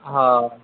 ହଁ